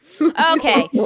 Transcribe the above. Okay